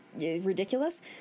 Ridiculous